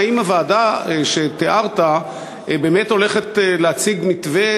האם הוועדה שתיארת באמת הולכת להציג מתווה